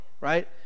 right